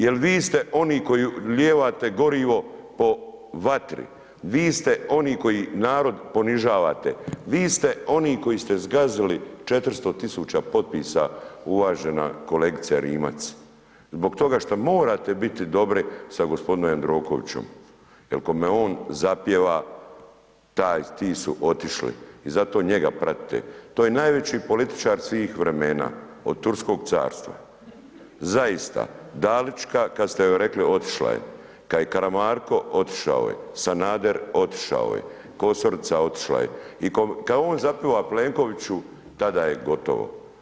Jer vi ste oni koji lijevate gorivo po vatri, vi ste oni koji narod ponižavate, vi ste oni koji ste zgazili 400.000 potpisa uvažena kolegica Rimac zbog toga što morate biti dobri sa gospodinom Jandrokovićem, jer kome on zapjeva taj, ti su otišli i zato njega pratite, to je najveći političar svih vremena od Turskog Carstva, zaista Dalićka kad ste joj rekli otišla je, kad je Karamarko otišao je, Sanader otišao je, Kosorica otišla je i kad on zapiva Plenkoviću tada je gotovo.